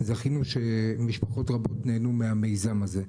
זכינו שמשפחות רבות נהנו מהמיזם הזה.